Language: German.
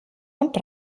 und